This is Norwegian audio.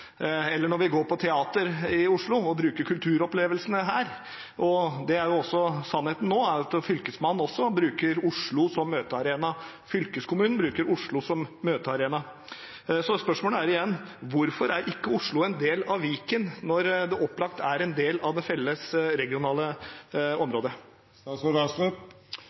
eller når vi går på teater i Oslo og bruker kulturopplevelsene her. Sannheten, også nå, er at Fylkesmannen bruker Oslo som møtearena. Fylkeskommunen bruker Oslo som møtearena. Spørsmålet er igjen: Hvorfor er ikke Oslo en del av Viken når det opplagt er en del av det felles regionale området?